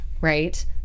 right